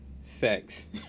sex